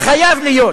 חייב להיות